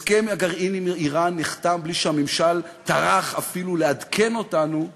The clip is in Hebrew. הסכם הגרעין עם איראן נחתם בלי שהממשל טרח אפילו לעדכן אותנו בתהליך.